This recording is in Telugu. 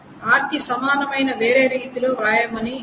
R కి సమానమైన వేరే రీతిలో వ్రాయమని మనం చెప్పగలం